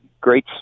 Great